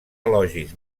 elogis